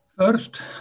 First